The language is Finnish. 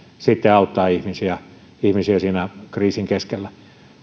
auttaa ihmisiä ihmisiä siinä kriisin keskellä